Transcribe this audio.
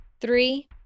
Three